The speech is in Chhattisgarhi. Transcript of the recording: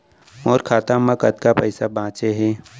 मोर खाता मा कतका पइसा बांचे हे?